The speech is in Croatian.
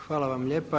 Hvala vam lijepa.